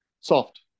Soft